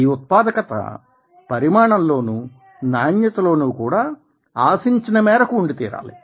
ఈ ఉత్పాదకత పరిమాణంలోనూ నాణ్యతలో నూ కూడా ఆశించిన మేరకు ఉండితీరాలి